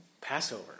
Passover